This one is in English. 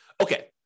Okay